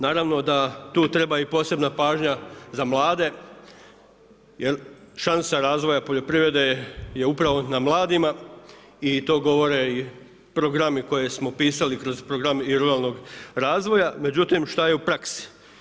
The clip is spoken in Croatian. Naravno da tu treba i posebna pažnja za mlade jer šansa razvoja poljoprivrede je upravo na mladima i to govore programi koje smo pisali kroz Program ruralnog razvoja, međutim šta je u praksi.